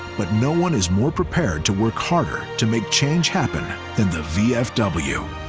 but no one is more prepared to work harder to make change happen than the vfw.